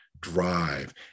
drive